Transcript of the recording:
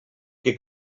que